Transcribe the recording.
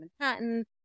Manhattan